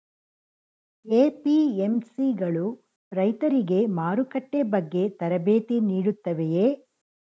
APMC ಗಳು ರೈತರಿಗೆ ಮಾರುಕಟ್ಟೆ ಬಗ್ಗೆ ತರಬೇತಿ ನೀಡುತ್ತವೆಯೇ?